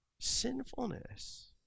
sinfulness